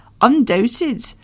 undoubted